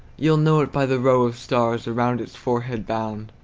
you'll know it by the row of stars around its forehead bound.